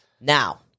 Now